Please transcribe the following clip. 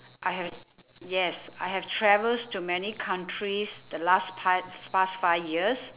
I have yes I have travels to many countries the last five past five years